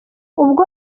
ubwo